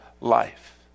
life